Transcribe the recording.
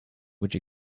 which